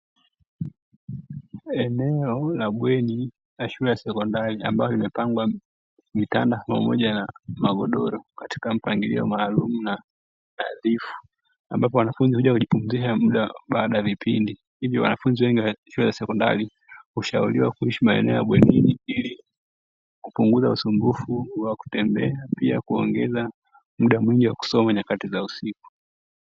Eneo la bweni la shule ya sekondari ambalo limepangwa vitanda pamoja na magodoro katika mpangilio maalumu na nadhifu; ambapo wanafunzi huja kujipumzisha baada ya vipindi. Hivyo wanafunzi wengi wa sekondari hushauriwa kuishi maeneo ya bwenini ili kupunguza usumbufu wa kutembea, pia kuongeza muda mwingi wa kusoma nyakati za usiku.